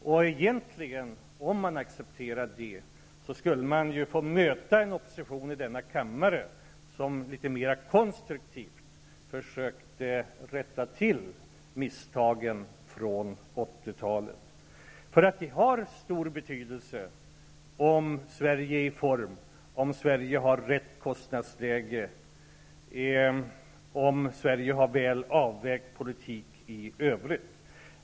Om man skulle acceptera detta skulle regeringen i denna kammare möta en opposition som litet mer konstruktiv försökte rätta till misstagen från 80-talet. Det har stor betydelse om Sverige är i form, har rätt kostnadsläge och en väl avvägd politik i övrigt.